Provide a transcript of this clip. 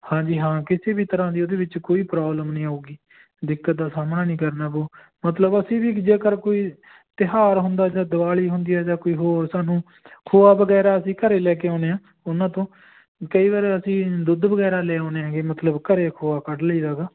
ਹਾਂਜੀ ਹਾਂ ਕਿਸੇ ਵੀ ਤਰ੍ਹਾਂ ਦੀ ਉਹਦੇ ਵਿੱਚ ਕੋਈ ਪ੍ਰੋਬਲਮ ਨਹੀਂ ਆਊਗੀ ਦਿੱਕਤ ਦਾ ਸਾਹਮਣਾ ਨਹੀਂ ਕਰਨਾ ਪਊ ਮਤਲਬ ਅਸੀਂ ਵੀ ਜੇਕਰ ਕੋਈ ਤਿਉਹਾਰ ਹੁੰਦਾ ਜਾਂ ਦਿਵਾਲੀ ਹੁੰਦੀ ਹੈ ਜਾਂ ਕੋਈ ਹੋਰ ਸਾਨੂੰ ਖੋਆ ਵਗੈਰਾ ਅਸੀਂ ਘਰ ਲੈ ਕੇ ਆਉਂਦੇ ਹਾਂ ਉਹਨਾਂ ਤੋਂ ਕਈ ਵਾਰ ਅਸੀਂ ਦੁੱਧ ਵਗੈਰਾ ਲੈ ਆਉਂਦੇ ਹੈਗੇ ਮਤਲਬ ਘਰ ਖੋਆ ਕੱਢ ਲਈਦਾ ਗਾ